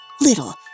Little